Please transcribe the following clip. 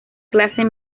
clase